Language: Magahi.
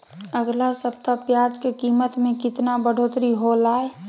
अगला सप्ताह प्याज के कीमत में कितना बढ़ोतरी होलाय?